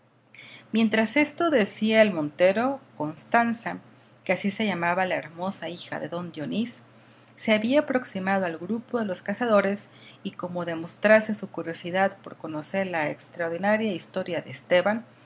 mientras esto decía el montero constanza que así se llamaba la hermosa hija de don dionís se había aproximado al grupo de los cazadores y como demostrase su curiosidad por conocer la extraordinaria historia de esteban